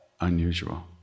unusual